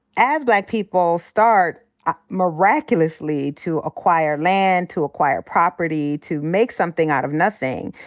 as black people start ah miraculously to acquire land, to acquire property, to make something out of nothing,